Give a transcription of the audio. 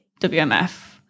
WMF